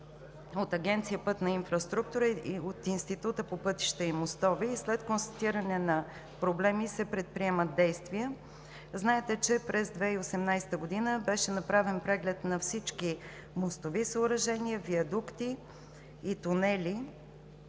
от Агенция „Пътна инфраструктура“ и Института по пътища и мостове и след констатиране на проблеми се предприемат действия. Знаете, че през 2018 г. беше направен преглед на всички мостови съоръжения, виадукти и тунели,